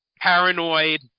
paranoid